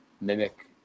mimic